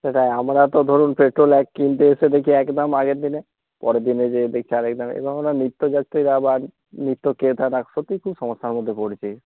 সেটাই আমরা তো ধরুন পেট্রোল এক কিনতে এসে দেখি একদাম আগের দিনে পরের দিনে যেয়ে দেখি আরেক দামে এবং নিত্য যাত্রীরা বা নিত্য ক্রেতারা সত্যিই খুব সমস্যার মধ্যে পড়ছি